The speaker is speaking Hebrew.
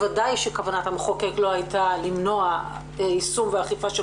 ודאי שכוונת המחוקק לא הייתה למנוע יישום ואכיפה של